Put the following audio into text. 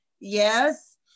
yes